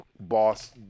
boss